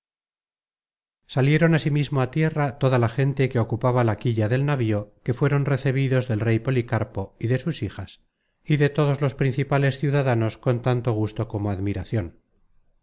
salieron asimismo á tierra toda la gente que ocupaba la quilla del navío que fueron recebidos del rey policarpo y de sus hijas y de todos los principales ciudadanos con tanto gusto como admiracion